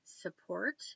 support